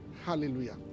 hallelujah